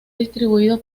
distribuido